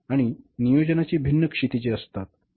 आणि नियोजनाची भिन्न क्षितिजे असतात